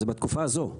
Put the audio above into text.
זה בתקופה הזו.